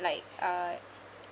like uh